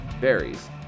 varies